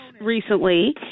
recently